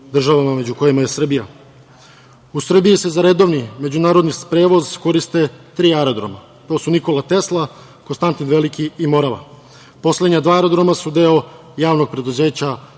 državama, među kojima je Srbija.U Srbiji se za redovni međunarodni prevoz koriste tri aerodroma, to su „Nikola Tesla“, „Konstantin Veliki“ i „Morava“. Poslednja dva aerodroma su deo javnog preduzeća